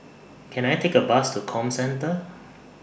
Can I Take A Bus to Comcentre